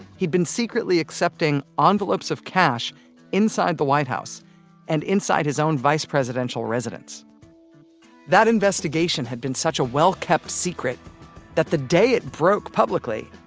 he'd been secretly accepting ah envelopes of cash inside the white house and inside his own vice presidential residence that investigation had been such a well-kept secret that the day it broke publicly,